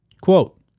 Quote